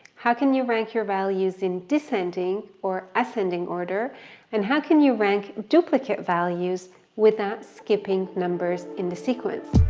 how can you rank your values in descending or ascending order and how can can you rank duplicate values without skipping numbers in the sequence.